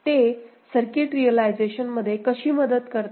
ते circuit realisation मध्ये कशी मदत करते